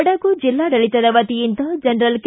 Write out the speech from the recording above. ಕೊಡಗು ಜಿಲ್ಲಾಡಳಿತದ ವತಿಯಿಂದ general K